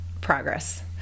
progress